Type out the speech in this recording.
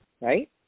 right